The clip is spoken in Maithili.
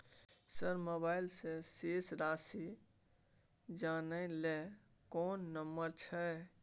सर मोबाइल से शेस राशि जानय ल कोन नंबर छै?